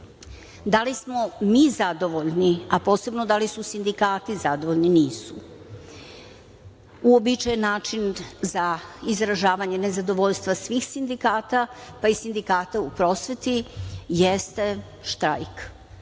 Da li smo mi zadovoljni, a posebno da li su sindikati zadovoljni, nisu. Uobičajen način za izražavanje nezadovoljstva svih sindikata, pa i sindikata u prosveti jeste štrajk. Štrajk